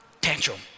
tantrum